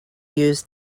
use